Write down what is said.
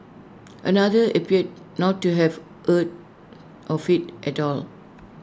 another appeared not to have heard of IT at all